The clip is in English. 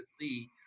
see